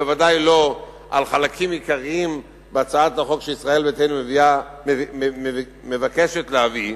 בוודאי לא על חלקים עיקריים בהצעת החוק שישראל ביתנו מבקשת להביא,